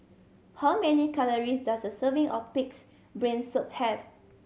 how many calories does a serving of Pig's Brain Soup have